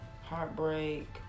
heartbreak